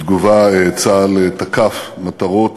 בתגובה, צה"ל תקף מטרות